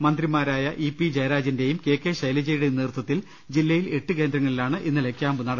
മന്ത്രിമാരായ E P ജയരാജന്റെയും K K ശൈലജയുടെയും നേതൃത്വത്തിൽ ജില്ലയിൽ എട്ട് കേന്ദ്രങ്ങളിലാണ് ഇന്നലെ ക്യാമ്പ് നടത്തിയത്